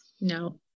No